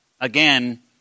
again